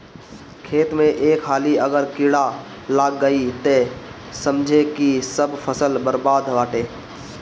खेत में एक हाली अगर कीड़ा लाग गईल तअ समझअ की सब फसल बरबादे बाटे